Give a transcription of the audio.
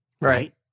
Right